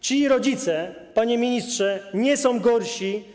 Ci rodzice, panie ministrze, nie są gorsi.